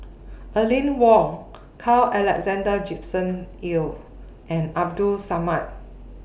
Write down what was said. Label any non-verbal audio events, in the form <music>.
<noise> Aline Wong Carl Alexander Gibson Hill and Abdul Samad